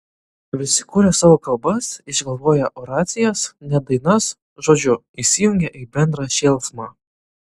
visi kuria savo kalbas išgalvoję oracijas net dainas žodžiu įsijungia į bendrą šėlsmą